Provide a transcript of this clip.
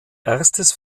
erstes